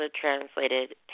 translated